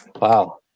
Wow